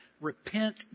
Repent